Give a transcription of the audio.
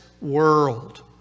world